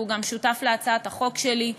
והוא גם שותף להצעת החוק שלי.